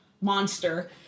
monster